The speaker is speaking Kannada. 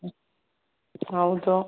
ಹ್ಞೂ ಹೌದು